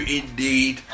indeed